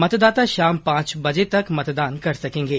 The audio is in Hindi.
मतदाता शाम पांच बजे तक मतदान कर सकेंगे